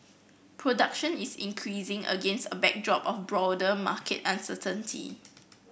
production is increasing against a backdrop of broader market uncertainty